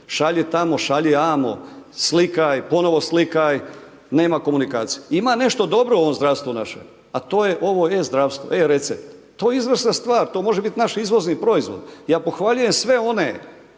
Šalji tamo, šalji amo, slikaj, ponovno slikaj, nema komunikacije. Ima nešto dobro u ovom zdravstvu našem, a to je ovo e-zdravstvo, e-recept. To je izvrsna stvar, to može biti naš izvozni proizvod. Ja pohvaljujem sve one,